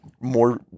more